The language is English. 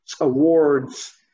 awards